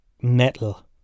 metal